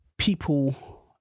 People